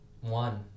One